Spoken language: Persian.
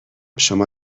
شما